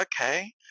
okay